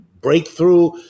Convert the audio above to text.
breakthrough